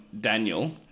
Daniel